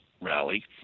rally